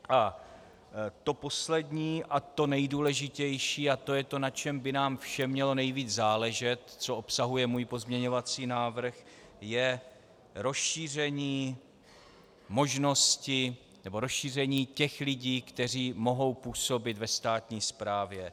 A to poslední a to nejdůležitější, a to je to, na čem by nám všem mělo nejvíc záležet, co obsahuje můj pozměňovací návrh, je rozšíření možnosti nebo rozšíření těch lidí, kteří mohou působit ve státní správě.